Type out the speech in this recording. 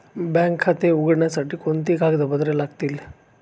Bank खाते उघडण्यासाठी कोणती कागदपत्रे लागतील?